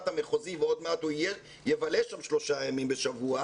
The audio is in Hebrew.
המחוזי ועוד מעט הוא יבלה שם שלושה ימים בשבוע,